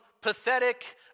pathetic